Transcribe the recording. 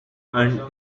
and